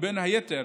ובין היתר